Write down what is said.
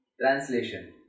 Translation